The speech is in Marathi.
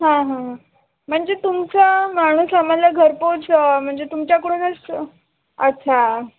हां हां म्हणजे तुमचा माणूस आम्हाला घरपोच म्हणजे तुमच्याकडूनच अच्छा